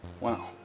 Wow